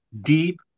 deep